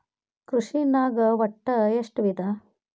ಕೃಷಿನಾಗ್ ಒಟ್ಟ ಎಷ್ಟ ವಿಧ?